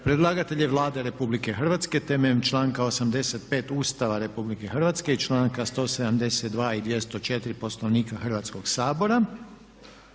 Predlagatelj je Vlada Republike Hrvatske temeljem članka 85. Ustava Republike Hrvatske i članka 172. i 204. Poslovnika Hrvatskoga sabora.